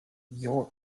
your